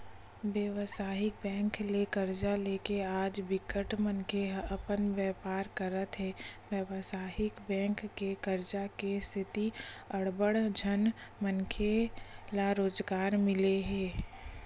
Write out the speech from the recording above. बेवसायिक बेंक ले करजा लेके आज बिकट मनखे ह अपन बेपार करत हे बेवसायिक बेंक के करजा के सेती अड़बड़ झन मनखे ल रोजगार मिले हे